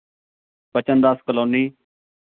Das colony